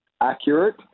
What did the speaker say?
accurate